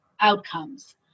outcomes